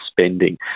spending